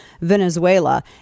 Venezuela